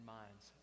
minds